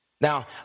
now